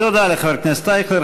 תודה לחבר הכנסת אייכלר.